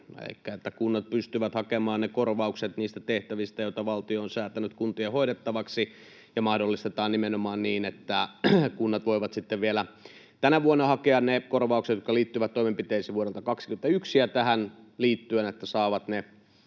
että kunnat pystyvät hakemaan korvaukset niistä tehtävistä, joita valtio on säätänyt kuntien hoidettavaksi, ja se mahdollistetaan nimenomaan niin, että kunnat voivat sitten vielä tänä vuonna hakea ne korvaukset, jotka liittyvät toimenpiteisiin vuodelta 21, ja tähän liittyen saavat